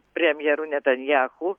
premjeru netanyahu